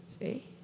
see